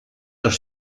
das